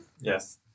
Yes